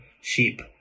sheep